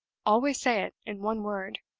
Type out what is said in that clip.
always say it in one word.